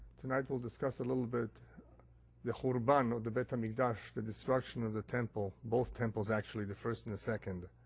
tonight we'll discuss a little bit the churban but of the beit hamikdash the destruction of the temple, both temples actually, the first and the second.